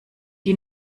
die